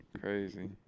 Crazy